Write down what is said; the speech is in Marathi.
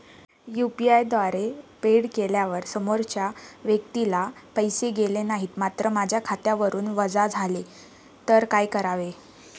यु.पी.आय द्वारे फेड केल्यावर समोरच्या व्यक्तीला पैसे गेले नाहीत मात्र माझ्या खात्यावरून वजा झाले तर काय करावे?